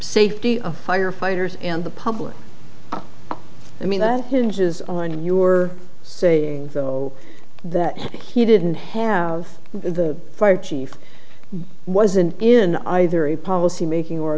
safety of firefighters and the public i mean that hinges on your saying though that he didn't have the fire chief wasn't in either policy making or